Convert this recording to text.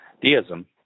deism